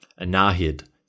Anahid